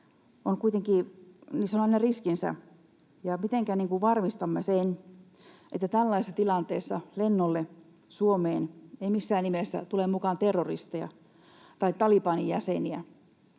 on kuitenkin aina riskinsä. Mitenkä varmistamme sen, että tällaisessa tilanteessa lennolle Suomeen ei missään nimessä tule mukaan terroristeja tai Talibanin jäseniä?